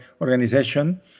organization